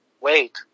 Wait